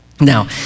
Now